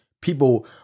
people